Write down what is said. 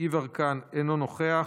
אינו נוכח,